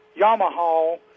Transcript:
Yamaha